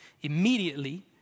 immediately